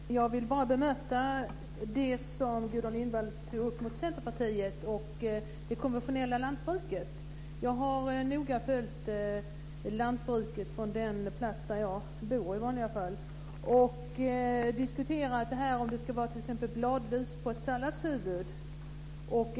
Fru talman! Jag vill bara bemöta det som Gudrun Lindvall sade om Centerpartiet och det konventionella lantbruket. Jag har noga följt lantbruket från den plats där jag bor i vanliga fall och diskuterat vad som händer om det är bladlöss på ett salladshuvud.